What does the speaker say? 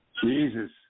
Jesus